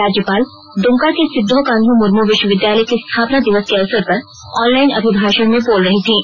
राज्यपाल दुमका के सिद्दो कान्हु मुर्मू विश्वविद्यालय के स्थापना दिवस के अवसर पर ऑनलाइन अभिभाषण में बोल रही थीं